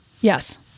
Yes